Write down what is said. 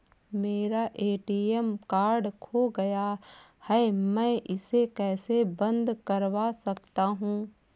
मेरा ATM card खो गया है मैं इसे कैसे बंद करवा सकता हूँ?